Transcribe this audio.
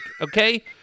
okay